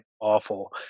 awful